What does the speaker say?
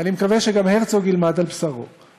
ואני מקווה שגם הרצוג ילמד על בשרו,